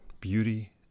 beauty